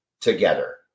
together